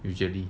usually